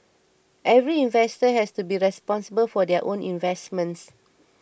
every investor has to be responsible for their own investments